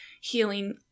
healing